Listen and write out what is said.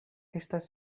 estas